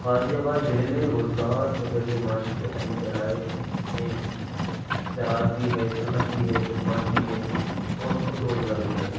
غازی آباد ضلع میں روزگار اور ذریعۂ معاش کے اہم ذرائع ہیں زراعت بھی ہے صنعت بھی ہے خدمات بھی ہیں اور خود روزگار بھی ہے